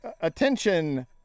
Attention